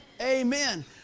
Amen